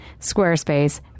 Squarespace